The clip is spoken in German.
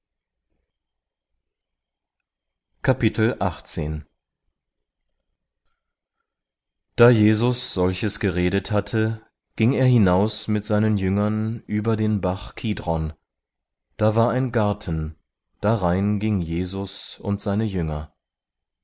da jesus solches geredet hatte ging er hinaus mit seinen jüngern über den bach kidron da war ein garten darein ging jesus und seine jünger